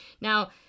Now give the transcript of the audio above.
Now